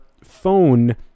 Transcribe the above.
phone